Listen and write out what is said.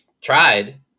tried